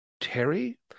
Terry